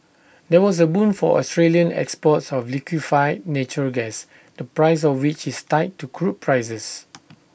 that was A boon for Australian exports of liquefied natural gas the price of which is tied to crude prices